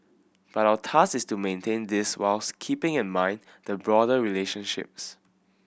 but our task is to maintain this whilst keeping in mind the broader relationships